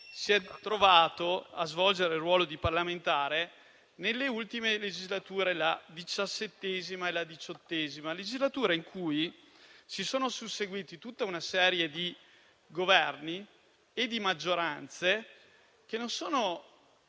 si è trovato a svolgere il ruolo di parlamentare nelle ultime legislature, la XVII e la XVIII, in cui si sono susseguiti tutta una serie di Governi e di maggioranze che non sono